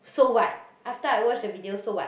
so what after I watch the video so what